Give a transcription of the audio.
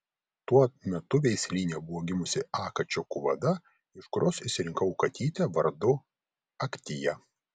tuo metu veislyne buvo gimusi a kačiukų vada iš kurios išsirinkau katytę vardu aktia